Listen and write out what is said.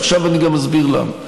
עכשיו אני גם אסביר למה.